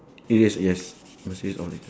erase erase cause we found it